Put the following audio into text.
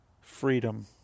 freedom